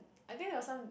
I think there was some